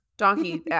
Donkey